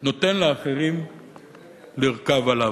נותן לאחרים לרכוב עליו.